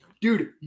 dude